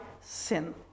sin